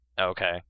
Okay